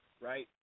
right